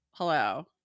Hello